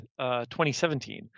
2017